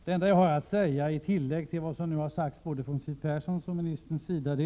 Jag vill dock tillägga en sak till vad Siw Persson och energiministern har sagt.